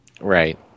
Right